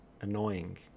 annoying